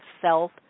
self